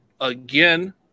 again